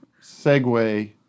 segue